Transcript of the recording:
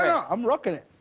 yeah i'm rocking it.